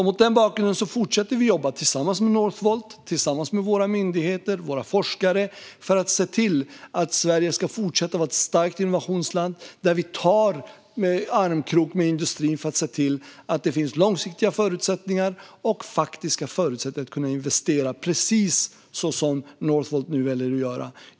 Mot den bakgrunden fortsätter vi att jobba tillsammans med Northvolt, våra myndigheter och våra forskare för att Sverige ska fortsätta vara ett starkt innovationsland där vi går i armkrok med industrin för långsiktiga och faktiska förutsättningar att investera precis så som Northvolt nu väljer att göra.